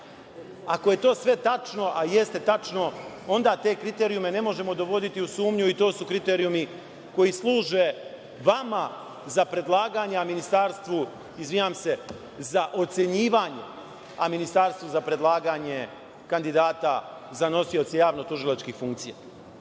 Ako je to sve tačno, a jeste tačno onda te kriterijume ne možemo dovoditi u sumnju i to su kriterijumi koji služe vama za predlaganja ministarstvu, izvinjavam se, za ocenjivanje, a ministarstvu za predlaganje kandidata za nosioce javno-tužilačkih funkcija. Ono